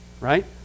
right